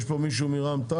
יש פה מישהו מרע"מ?